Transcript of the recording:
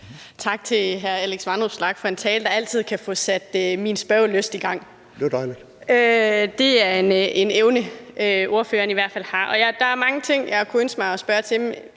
Tak til hr. Alex Vanopslagh for en tale, der, som altid, fik sat min spørgelyst i gang. Det er i hvert fald en evne, ordføreren har. Der er mange ting, jeg kunne ønske mig at spørge til,